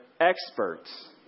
experts